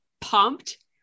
pumped